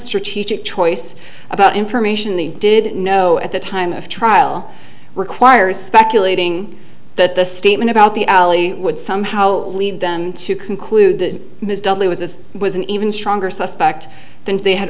strategic choice about information they did know at the time of trial requires speculating that the statement about the alley would somehow lead them to conclude that there was this was an even stronger suspect than they had